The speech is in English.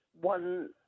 one